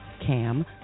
CAM